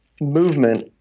movement